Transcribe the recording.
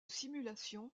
simulations